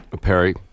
Perry